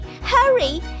Hurry